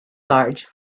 large